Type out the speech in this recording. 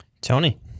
Tony